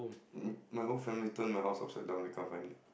mm my whole family turn my house upside down they can't find it